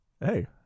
Hey